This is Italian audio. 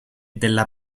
della